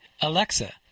Alexa